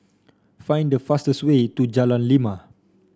find the fastest way to Jalan Lima